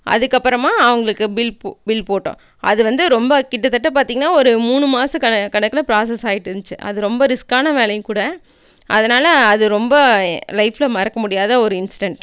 அதற்கப்பறமா அவங்களுக்கு பில் போ பில் போட்டோம் அது வந்து ரொம்ப கிட்ட தட்ட பார்த்திங்கன்னா ஒரு மூணு மாத க கணக்கில் ப்ராசஸ் ஆயிட்டு இருந்துச்சு அது ரொம்ப ரிஸ்க்கான வேலையும் கூட அதனால் அது ரொம்ப லைஃப்பில் மறக்க முடியாத ஒரு இன்சிடென்ட்